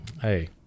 Hey